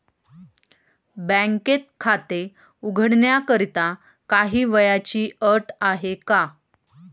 बँकेत खाते उघडण्याकरिता काही वयाची अट आहे का?